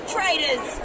Traitors